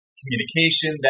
communication